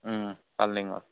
ও পাৰ্লিঙৰ